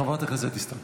חברת הכנסת דיסטל.